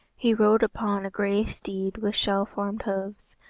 he rode upon a grey steed with shell-formed hoofs,